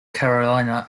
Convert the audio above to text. carolina